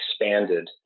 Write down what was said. expanded